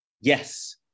Yes